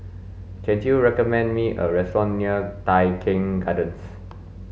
can you recommend me a restaurant near Tai Keng Gardens